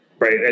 Right